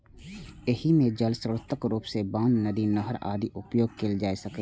एहि मे जल स्रोतक रूप मे बांध, नदी, नहर आदिक उपयोग कैल जा सकैए